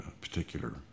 particular